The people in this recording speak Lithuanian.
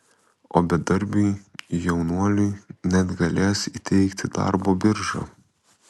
o bedarbiui jaunuoliui net galės įteikti darbo birža